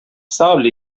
sables